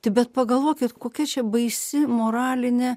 tai bet pagalvokit kokia čia baisi moralinė